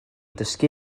dysgu